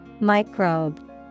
Microbe